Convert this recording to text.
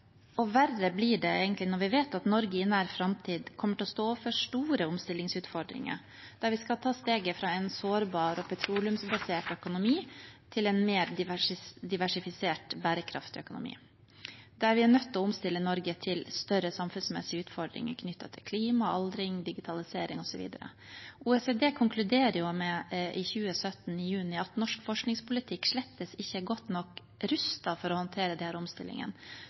institusjonene. Verre blir det egentlig når vi vet at Norge i nær framtid kommer til å stå overfor store omstillingsutfordringer, der vi skal ta steget fra en sårbar og petroleumsbasert økonomi til en mer diversifisert, bærekraftig økonomi og blir nødt til å omstille Norge til større samfunnsmessige utfordringer knyttet til klima, aldring, digitalisering osv. OECD konkluderer med – i juni 2017 – at norsk forskningspolitikk slett ikke er godt nok rustet for å håndtere disse omstillingene.